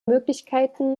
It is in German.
möglichkeiten